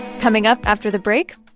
coming up after the break,